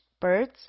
birds